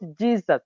Jesus